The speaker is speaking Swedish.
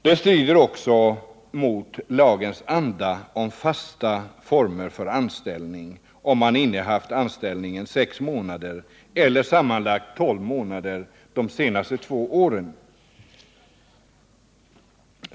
Det strider också mot lagens anda om fasta former för anställning, om man innehaft anställningen sex månader eller sammanlagt tolv månader under de senaste två åren.